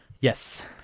Yes